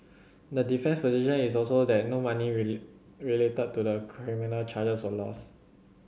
the defences position is also that no money related to the criminal charges was lost